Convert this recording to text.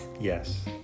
yes